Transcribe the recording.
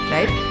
Right